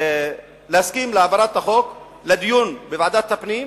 להסכים להעברת החוק לדיון בוועדת הפנים